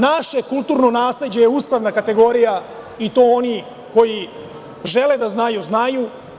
Naše kulturno nasleđe je ustavna kategorija i to oni koji žele da znaju znaju.